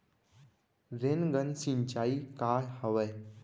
Rain gun सिंचाई का हवय?